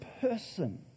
person